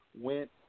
went